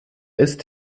ist